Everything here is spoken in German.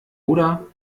oder